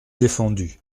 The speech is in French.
défendu